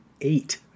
eight